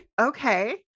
Okay